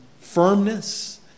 firmness